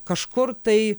kažkur tai